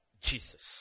Jesus